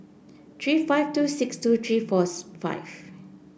three five two six two three four five